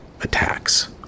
attacks